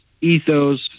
ethos